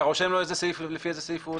אתה רושם לו לפי איזה סעיף הוא עולה?